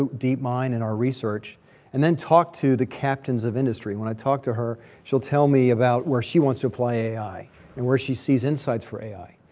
deep mine in our research and then talk to the captains of industry. when i talk to her, she'll tell me about where she wants to apply ai and where she sees insights for ai.